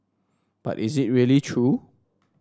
but is it really true